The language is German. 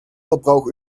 verbrauch